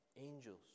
angels